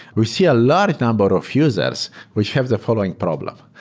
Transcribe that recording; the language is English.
we see a lot of um but of users which have the following problem.